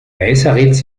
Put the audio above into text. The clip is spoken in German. weißeritz